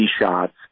shots